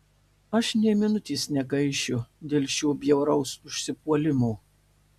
aš nė minutės negaišiu dėl šio bjauraus užsipuolimo